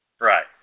Right